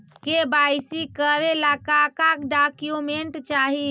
KYC करे ला का का डॉक्यूमेंट चाही?